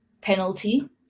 penalty